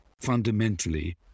fundamentally